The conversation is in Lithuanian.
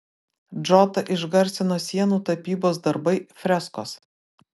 džotą išgarsino sienų tapybos darbai freskos